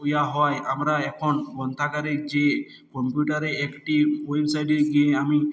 হয় আমরা এখন গ্রন্থাগারে যেয়ে কম্পিউটারে একটি ওয়েবসাইটে গিয়ে আমি